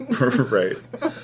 Right